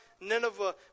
Nineveh